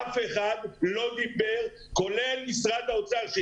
אף אחד לא דיבר, כולל משרד האוצר.